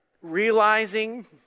realizing